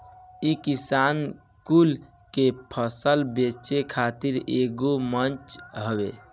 इ किसान कुल के फसल बेचे खातिर एगो मंच हवे